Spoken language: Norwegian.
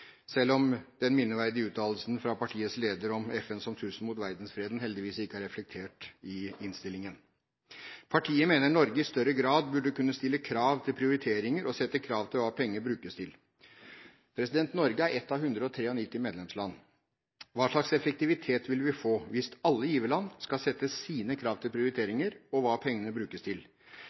selv om den minneverdige uttalelsen fra partiets leder om FN som trussel mot verdensfreden heldigvis ikke er reflektert i innstillingen. Partiet mener Norge i større grad burde kunne stille krav til prioriteringer og sette krav med hensyn til hva pengene brukes til. Norge er ett av 193 medlemsland. Hva slags effektivitet vil vi få hvis alle giverland skal sette sine krav til prioriteringer og til hva pengene brukes til?